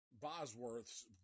Bosworth's